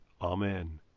Amen